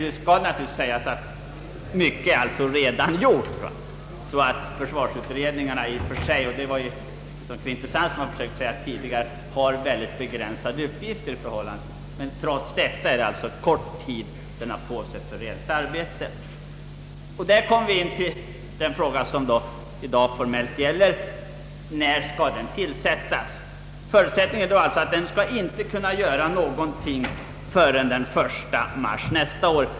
Nu skall det naturligtvis medges att mycket redan är gjort, och försvarsutredningen har denna gång — det var det som jag försökte säga tidigare — mycket begränsade uppgifter. Trots det har utredningen kort tid på sig för reellt arbete. Här kommer jag in på vad frågan i dag formellt gäller: när skall utredningen tillsättas? Förutsättningen är att den inte skall kunna uträtta någonting förrän den 1 mars nästa år.